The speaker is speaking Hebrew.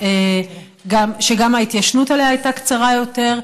שגם ההתיישנות עליה הייתה קצרה יותר,